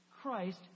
Christ